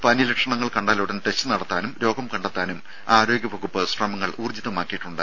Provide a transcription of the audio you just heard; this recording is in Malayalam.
പനി ലക്ഷണങ്ങൾ കണ്ടാലുടൻ ടെസ്റ്റ് നടത്താനും രോഗം കണ്ടെത്താനും ആരോഗ്യ വകുപ്പ് ശ്രമങ്ങൾ ഊർജ്ജിതമാക്കിയിട്ടുണ്ട്